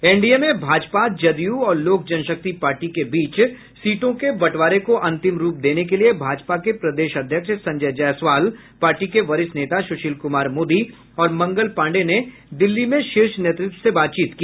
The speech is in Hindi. एनडीए में भाजपा जदयू और लोक जनशक्ति पार्टी के बीच सीटों के बंटवारे को अंतिम रूप देने के लिये भाजपा के प्रदेश अध्यक्ष संजय जायसवाल पार्टी के वरिष्ठ नेता सुशील कुमार मोदी और मंगल पांडेय ने दिल्ली में शीर्ष नेतृत्व से बातचीत की